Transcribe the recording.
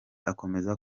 akomeza